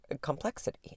complexity